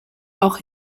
auch